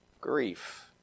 grief